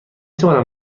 توانم